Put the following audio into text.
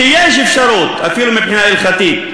שיש אפשרות, אפילו מבחינה הלכתית,